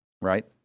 Right